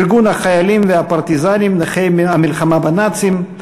ארגון החיילים והפרטיזנים נכי המלחמה בנאצים,